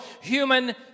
human